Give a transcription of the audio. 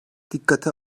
dikkate